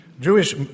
Jewish